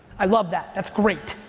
i love that. that's great.